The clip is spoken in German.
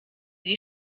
die